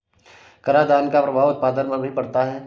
करादान का प्रभाव उत्पादन पर भी पड़ता है